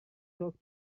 talk